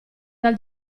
dal